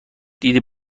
دیدی